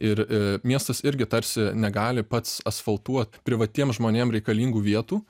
ir miestas irgi tarsi negali pats asfaltuot privatiem žmonėm reikalingų vietų